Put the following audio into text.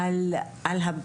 עבדו.